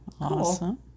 Awesome